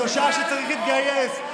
זו שעה שצריך להתגייס,